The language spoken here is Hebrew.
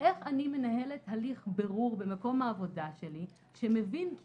איך אני מנהלת הליך בירור במקום העבודה שלי שמבין כי